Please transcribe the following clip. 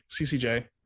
CCJ